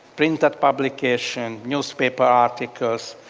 printed publication, newspaper articles,